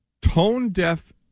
tone-deaf